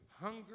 Hunger